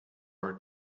are